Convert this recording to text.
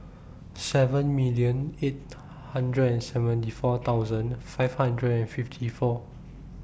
seven million eight hundred and seventy four thousand five hundred and fifty four